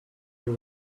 you